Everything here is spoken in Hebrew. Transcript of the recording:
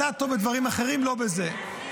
אתה טוב בדברים אחרים, לא בזה.